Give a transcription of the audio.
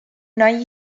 nahi